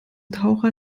taucher